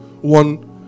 one